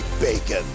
bacon